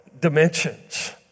dimensions